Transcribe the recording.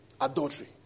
adultery